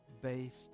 based